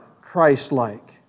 Christ-like